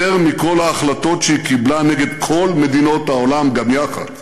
יותר מכל ההחלטות שהיא קיבלה נגד כל מדינות העולם גם יחד.